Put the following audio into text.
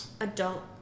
adult